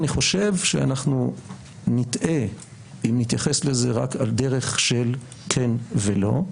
אני חושב שאנחנו נטעה אם נתייחס לזה רק על דרך של כן ולא.